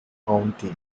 county